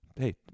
Hey